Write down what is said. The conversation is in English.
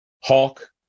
hawk